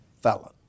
felon